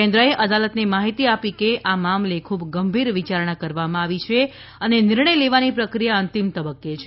કેન્દ્રએ અદાલતને માહિતી આપી હતી કે આ મામલે ખૂબ ગંભીર વિચારણા કરવામાં આવી છે અને નિર્ણય લેવાની પ્રક્રિયા અંતિમ તબક્કે છે